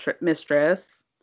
mistress